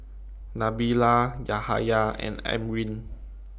Nabila Yahaya and Amrin